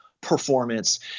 performance